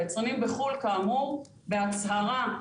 היצרנים בחו"ל כאמור בהצהרה,